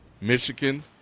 Michigan